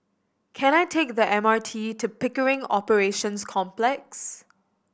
can I take the M R T to Pickering Operations Complex